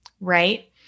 Right